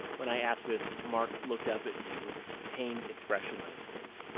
when i asked this, mark looked up at me with a pained expression on his face,